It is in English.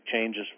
changes